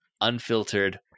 unfiltered